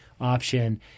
option